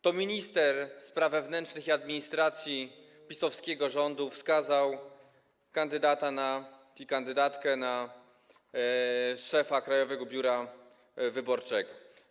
To minister spraw wewnętrznych i administracji PiS-owskiego rządu wskazał kandydata i kandydatkę na szefa Krajowego Biura Wyborczego.